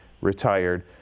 retired